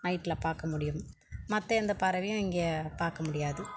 நைட்டில் பார்க்க முடியும் மற்ற எந்த பறவையும் இங்கே பார்க்க முடியாது